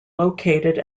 located